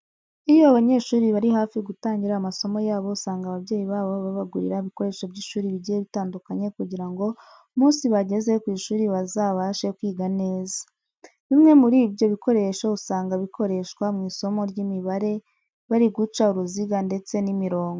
Iyo abanyeshuri bari hafi gutangira amasomo yabo usanga ababyeyi babo babagurira ibikoresho by'ishuri bigiye bitandukanye kugira ngo umunsi bageze ku ishuri bazabashe kwiga neza. Bimwe muri ibyo bikoresho usanga bikoreshwa mu isomo ry'imibare, bari guca uruziga ndetse n'imirongo.